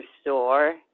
store